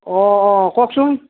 অঁ অঁ কওকচোন